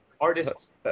artists